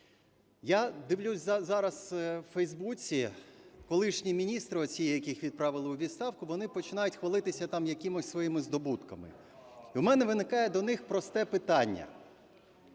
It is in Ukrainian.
Я дивлюся зараз у Фейсбуці, колишні міністри оці, яких відправили у відставку, вони починають хвалитися там якимись свої здобутками. У мене виникає до них просте питання.